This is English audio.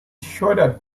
shuddered